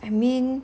I mean